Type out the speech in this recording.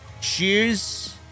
Cheers